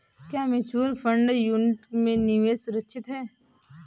क्या mutual fund unit में निवेश सुरक्षित है?